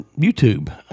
YouTube